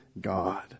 God